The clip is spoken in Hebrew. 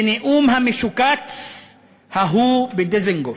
בנאום המשוקץ ההוא בדיזנגוף,